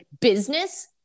business